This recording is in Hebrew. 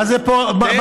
מה זה פה ושם?